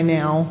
now